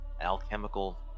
alchemical